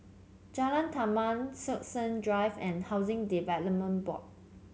Jalan Taman Stokesay Drive and Housing Development Board